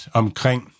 omkring